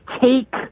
take